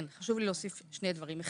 כן, חשוב לי להוסיף שני דברים.